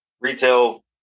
retail